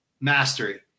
mastery